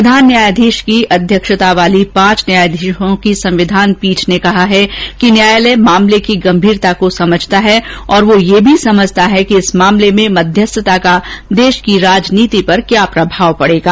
प्रधान न्यायाधीश की अध्यक्षता वाली पांच न्यायाधीशों की संविधान पीठ ने कहा है कि न्यायालय मामले की गंभीरता को समझता है और वह यह भी समझता है कि इस मामले में मध्यस्थता का देश की राजनीति पर क्या प्रभाव पड़ेगा